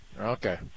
Okay